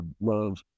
love